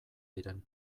diren